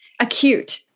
acute